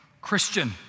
Christian